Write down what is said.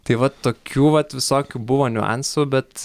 tai va tokių vat visokių buvo niuansų bet